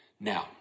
Now